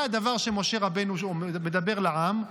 מה הדבר שמשה רבנו מדבר לעם?